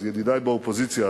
אז ידידי באופוזיציה,